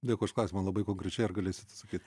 dėkui už klausimą labai konkrečiai ar galėsit atsakyt